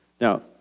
Now